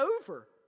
over